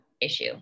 issue